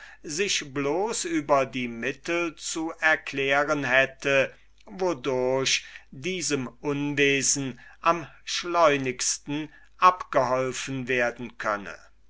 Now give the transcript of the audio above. sich bloß über die mittel zu erklären hätte wodurch diesem unwesen am schleunigsten abgeholfen werden kann